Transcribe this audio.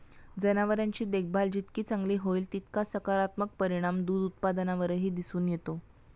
जनावरांची देखभाल जितकी चांगली होईल, तितका सकारात्मक परिणाम दूध उत्पादनावरही दिसून येतो